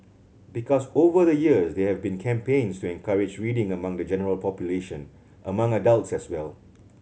because over the years there have been campaigns to encourage reading among the general population among adults as well